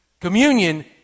communion